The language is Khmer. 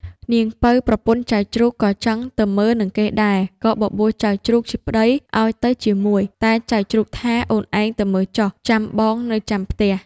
នាងពៅប្រពន្ធចៅជ្រូក ក៏ចង់ទៅមើលនឹងគេដែរ ក៏បបួលចៅជ្រូកជាប្ដីឱ្យទៅជាមួយ តែចៅជ្រូកថា អូនឯងទៅមើលចុះ ចាំបងនៅចាំផ្ទះ។